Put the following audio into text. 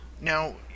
Now